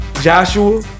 Joshua